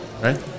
right